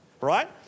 right